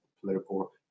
political